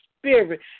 spirit